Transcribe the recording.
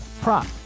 prop